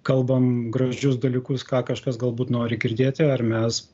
kalbam gražius dalykus ką kažkas galbūt nori girdėti ar mes